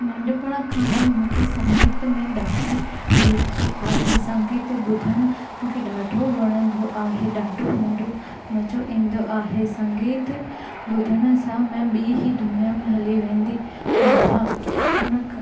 नंढपण खां ई मूंखे संगीत में ॾाढी रुचि आहे संगीतु ॿुधणु मूंखे ॾाढो वणंदो आहे ॾाढो मनोरंजन मज़ो ईंदो आहे संगीतु ॿुधण सां मां ॿी ई दुनिया में हली वेंदी आहियां उन